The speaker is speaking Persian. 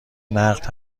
نقد